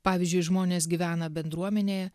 pavyzdžiui žmonės gyvena bendruomenėje